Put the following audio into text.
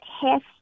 half